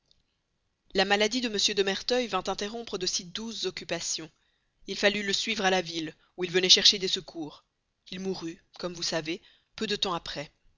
la maladie de m de merteuil vint interrompre de si douces occupations il fallut le suivre à la ville où il revenait chercher des secours il mourut comme vous savez peu de temps après